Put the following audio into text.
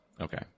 okay